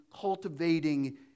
cultivating